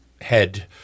head